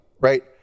right